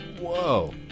Whoa